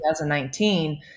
2019